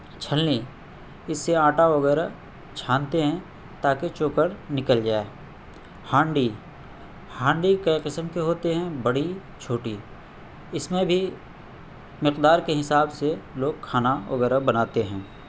چھلنی اس سے آٹا وغیرہ چھانتے ہیں تاکہ چوکر نکل جائے ہانڈی ہانڈی کئی قسم کے ہوتے ہیں بڑی چھوٹی اس میں بھی مقدار کے حساب سے لوگ کھانا وغیرہ بناتے ہیں